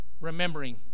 remembering